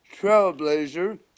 trailblazer